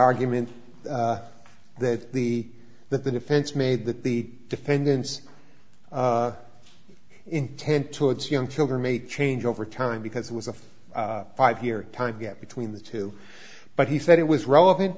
argument that the that the defense made that the defendant's intent towards young children may change over time because there was a five year time gap between the two but he said it was relevant